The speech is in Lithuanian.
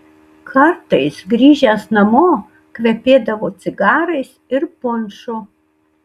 kartais grįžęs namo kvepėdavo cigarais ir punšu